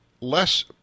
less